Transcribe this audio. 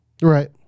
Right